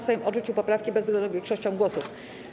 Sejm odrzucił poprawki bezwzględną większością głosów.